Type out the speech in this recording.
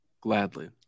Gladly